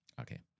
Okay